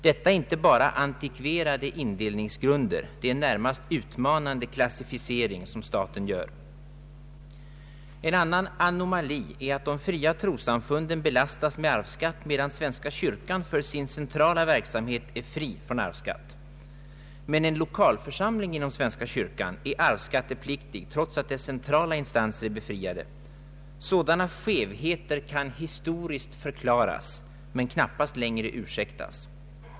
Detta är inte bara an tikverade indelningsgrunder, det är en närmast utmanande klassificering som staten gör. En annan anomali är att de fria trossamfunden belastas med arvsskatt, medan svenska kyrkan för sin centrala verksamhet är fri från arvsskatt. Men en lokalförsamling inom svenska kyrkan är arvsskattepliktig, trots att dess centrala instanser är befriade. Sådana skevheter kan historiskt förklaras men knappast längre ursäktas.